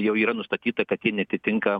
jau yra nustatyta kad jie neatitinka